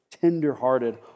tenderhearted